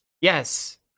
Yes